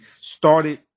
started